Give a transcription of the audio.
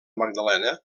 magdalena